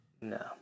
No